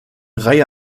reihe